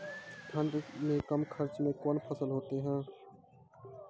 ठंड मे कम खर्च मे कौन फसल होते हैं?